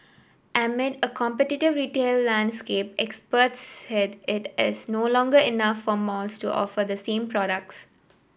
amid a competitive retail landscape experts said it as no longer enough for malls to offer the same products